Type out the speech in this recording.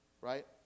right